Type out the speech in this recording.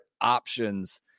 options